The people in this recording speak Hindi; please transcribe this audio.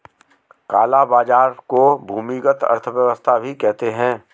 काला बाजार को भूमिगत अर्थव्यवस्था भी कहते हैं